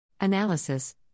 Analysis